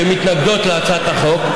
מול אגודות הספורט, שמתנגדות להצעת החוק.